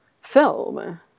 film